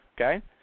okay